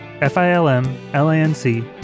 F-I-L-M-L-A-N-C